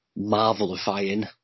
Marvelifying